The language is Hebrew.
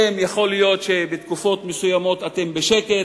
יכול להיות שבתקופות מסוימות אתם בשקט,